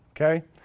okay